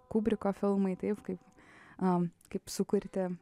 kubriko filmai taip kaip a kaip sukurti